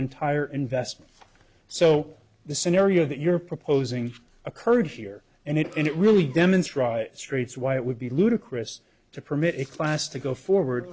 entire investment so the scenario that you're proposing occurred here and it and it really demonstrates straits why it would be ludicrous to permit a class to go